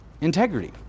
integrity